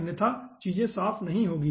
अन्यथा चीजे साफ नहीं होंगी